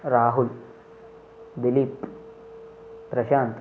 Rahul Dilip Prashanth